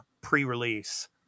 pre-release